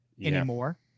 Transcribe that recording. anymore